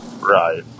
right